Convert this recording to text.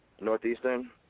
Northeastern